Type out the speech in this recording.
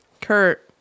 Kurt